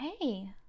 hey